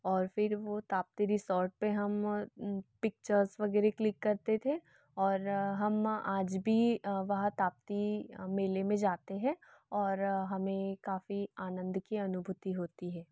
और फिर वह ताप्ती रिसॉर्ट पर हम पिक्चर्स वगैरह क्लिक करते थे और हम आज भी वह ताप्ती मेले में जाते है और हमें काफ़ी आनंद की अनुभूति होती है